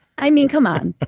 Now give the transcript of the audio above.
i mean, come on.